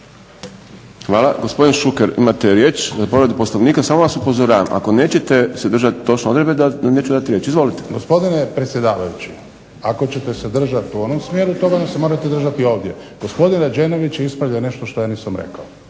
Hvala. Gospodin Šuker imate riječ, za povredu Poslovnika. Samo vas upozoravam ako nećete se držati točno odredbe da vam neću dati riječ. Izvolite. **Šuker, Ivan (HDZ)** Gospodine predsjedavajući, ako ćete se držati u onom smjeru, toga se onda morate držati i ovdje. Gospodin Rađenović je ispravljao nešto što ja nisam rekao.